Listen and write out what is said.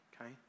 Okay